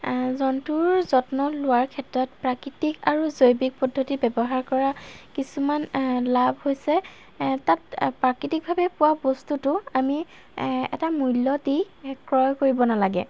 জন্তুৰ যত্ন লোৱাৰ ক্ষেত্ৰত প্ৰাকৃতিক আৰু জৈৱিক পদ্ধতি ব্যৱহাৰ কৰা কিছুমান লাভ হৈছে তাত প্ৰাকৃতিকভাৱে পোৱা বস্তুটো আমি এটা মূল্য দি ক্ৰয় কৰিব নালাগে